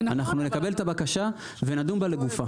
אנחנו נקבל את הבקשה ונדון בה לגופה.